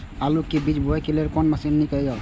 आलु के बीज बोय लेल कोन मशीन नीक ईय?